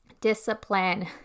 Discipline